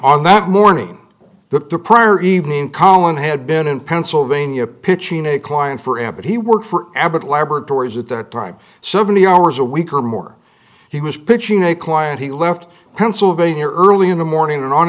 on that morning the prior evening collin had been in pennsylvania pitching a client for him but he worked for abbott laboratories at that time seventy hours a week or more he was pitching a client he left pennsylvania early in the morning and on